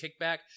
kickback